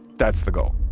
that's the goal.